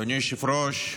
אדוני היושב-ראש,